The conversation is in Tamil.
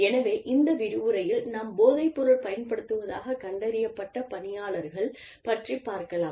எனவே இந்த விரிவுரையில் நாம் போதைப்பொருள் பயன்படுத்துவதாகக் கண்டறியப்பட்ட பணியாளர் கள் பற்றிப் பார்க்கலாம்